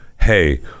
hey